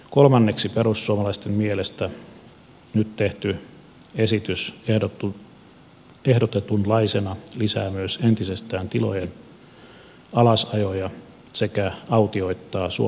kolmanneksi perussuomalaisten mielestä nyt tehty esitys ehdotetunlaisena lisää entisestään tilojen alasajoja sekä autioittaa suomen maaseutua